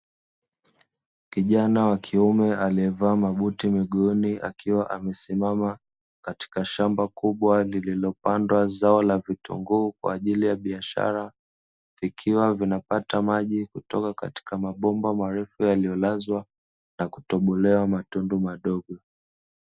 Kijana wa kiume aliyevaa mabuti miguuni, akiwa amesimama katika shamba kubwa lililopandwa zao la vitunguu kwa ajili ya biashara, vikiwa vinapata maji kutoka katika mabomba marefu yaliyolazwa na kutobolewa matundu madogo.